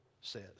says